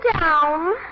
down